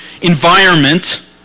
environment